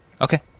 Okay